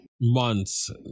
months